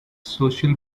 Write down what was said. social